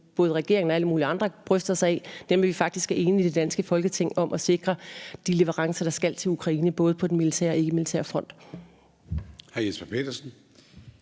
både regeringen og alle mulige andre bryster sig af. Det er det her med, at vi faktisk er enige i det danske Folketing om at sikre de leverancer, der skal til Ukraine, både på den militære og ikkemilitære front.